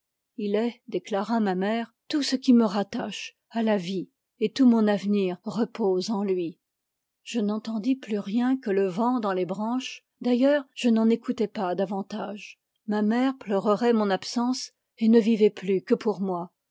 il est déclara ma mère tout ce qui me rattache à la vie et tout mon avenir repose en lui je n'entendis plus rien que le vent dans les branches d'ailleurs je n'en écoutai pas davantage ma mère pleurerait mon absence et ne vivait plus que pour moi